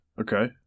Okay